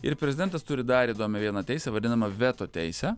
ir prezidentas turi dar įdomią vieną teisę vadinamą veto teisę